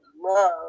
love